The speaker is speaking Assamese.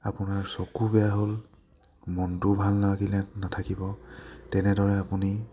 আপোনাৰ চকু বেয়া হ'ল মনটো ভাল নালাগিলে নাথাকিব তেনেদৰে আপুনি